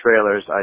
trailers